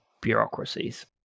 bureaucracies